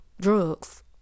drugs